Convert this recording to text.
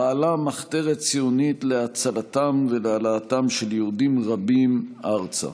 פעלה מחתרת ציונית להצלתם ולהעלאתם של יהודים רבים ארצה.